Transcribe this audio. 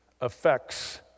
affects